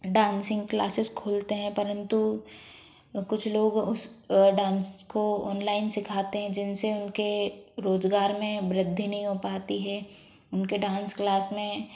dancing classes खोलते हैं परंतु कुछ लोग उस डांस को ओनलाइन सिखाते हैं जिनसे उनके रोज़गार में वृद्धि नहीं हो पाती है उनके डांस क्लास में